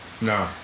No